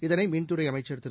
இதனை மின்துறை அமைச்ச் திரு